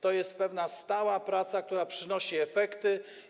To jest stała praca, która przynosi efekty.